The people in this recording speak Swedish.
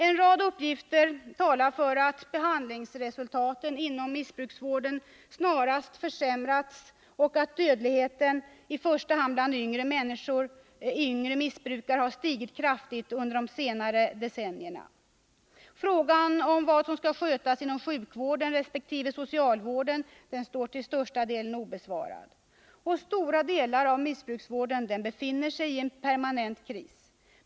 En rad uppgifter talar för att behandlingsresultaten inom missbruksvården snarast försämrats och att dödligheten, i första hand bland yngre missbrukare, stigit kraftigt under de senaste decennierna. Frågan vad som skall skötas inom sjukvården resp. socialvården står till största delen obesvarad. Stora delar av missbruksvården befinner sig i permanent kris.